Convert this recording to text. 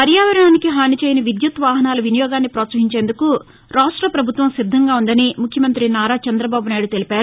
పర్యావరణానికి హాని చేయని విద్యుత్ ఎలక్టిక్ వాహనాల వినియోగాన్ని పోత్సహించేందుకు రాష్ట ప్రభుత్వం సిద్దంగా ఉందని ముఖ్యమంత్రి నారా చంద్రబాబునాయుడు తెలిపారు